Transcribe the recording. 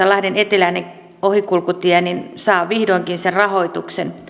lahden eteläinen ohikulkutie saa vihdoinkin sen rahoituksen